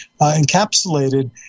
encapsulated